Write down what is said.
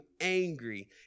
angry